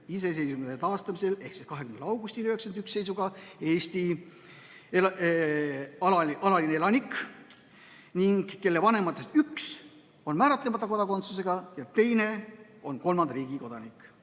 iseseisvuse taastamisel ehk seisuga 20. august 1991 Eesti alaline elanik ning kelle vanematest üks on määratlemata kodakondsusega ja teine on kolmanda riigi kodanik.